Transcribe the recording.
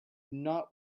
not